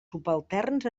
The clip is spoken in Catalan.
subalterns